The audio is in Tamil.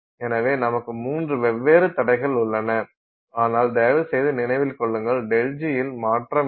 எனவே நமக்கு மூன்று வெவ்வேறு தடைகள் உள்ளன ஆனால் தயவுசெய்து நினைவில் கொள்ளுங்கள் ΔGல் மாற்றமில்லை